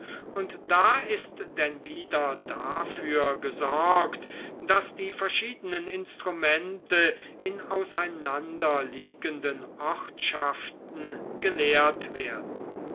und da ist denn wieder dafür gesorgt daß die verschiedenen instrumente in auseinanderliegenden ortschaften gelehrt werden